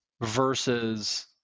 versus